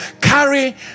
carry